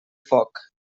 foc